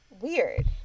weird